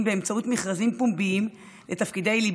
באמצעות מכרזים פומביים לתפקידי ליבה,